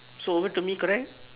so over to me correct